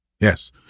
Yes